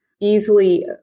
easily